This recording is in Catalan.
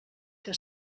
que